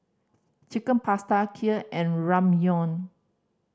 Chicken Pasta Kheer and Ramyeon